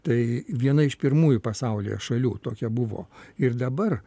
tai viena iš pirmųjų pasaulyje šalių tokia buvo ir dabar